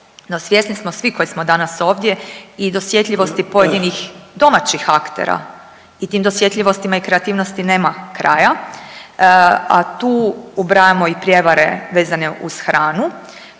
svjesni smo svi koji smo danas ovdje i dosjetljivosti pojedinih domaćih aktera. I tim dosjetljivostima i kreativnosti nema kraja, a tu ubrajamo i prijevare vezane uz hranu